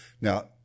Now